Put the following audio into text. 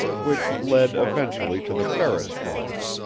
which led eventually to the ferris farm.